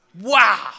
Wow